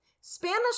Spanish